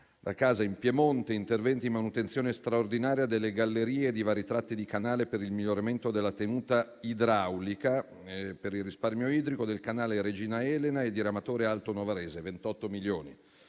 da casa: in Piemonte, interventi di manutenzione straordinaria delle gallerie e di vari tratti di canale per il miglioramento della tenuta idraulica, per il risparmio idrico, del canale Regina Elena e diramatore alto novarese, per 28 milioni